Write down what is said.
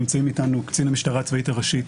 נמצאים איתנו קצין המשטרה הצבאית הראשי,